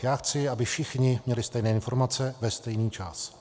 Já chci, aby všichni měli stejné informace ve stejný čas.